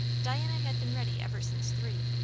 diana had been ready ever since three.